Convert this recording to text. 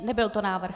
Nebyl to návrh.